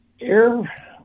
Air